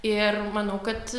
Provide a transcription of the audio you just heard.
ir manau kad